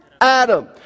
Adam